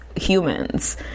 humans